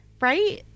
Right